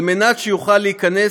על מנת שזה יוכל להיכנס,